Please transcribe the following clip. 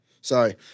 Sorry